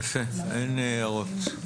אין הערות.